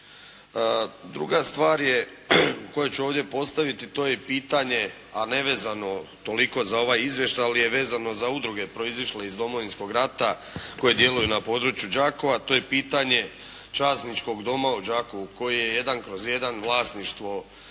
toliko za ovaj izvještaj ali je vezano za udruge proizišle iz Domovinskog rata koje djeluju na području Đakova, to je pitanje Časničkog doma u Đakovu koji je 1/1 vlasništvo